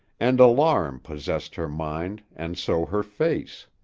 and alarm possessed her mind and so her face.